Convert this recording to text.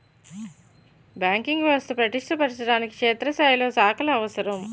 banking వ్యవస్థ పటిష్ట పరచడానికి క్షేత్రస్థాయిలో శాఖలు అవసరం